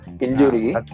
injury